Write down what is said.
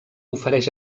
ofereix